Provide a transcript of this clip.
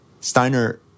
Steiner